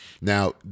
Now